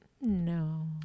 no